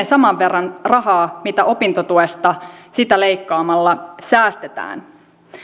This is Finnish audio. saman verran rahaa mitä opintotuesta sitä leikkaamalla säästetään